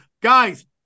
Guys